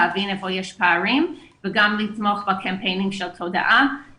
להבין איפה יש פערים וגם לתמוך בקמפיינים של תודעה